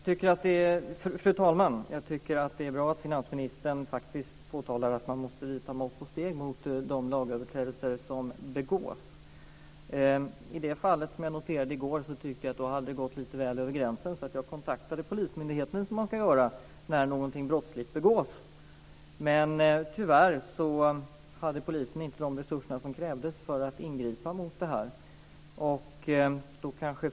Fru talman! Jag tycker att det är bra att finansministern påtalar att man måste vidta mått och steg mot de lagöverträdelser som begås. I det fall som jag noterade i går tyckte jag att det hade gått över gränsen. Jag kontaktade polismyndigheten, som man ska göra när någonting brottsligt begås. Men tyvärr hade polisen inte de resurser som krävdes för att ingripa mot detta.